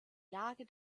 lage